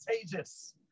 contagious